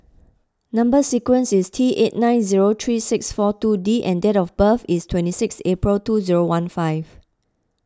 Number Sequence is T eight nine zero three six four two D and date of birth is twenty six April two zero one five